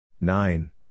nine